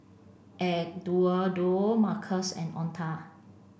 Eduardo Marques and Oneta